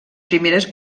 primeres